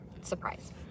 surprise